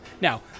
now